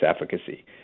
efficacy